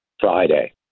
Friday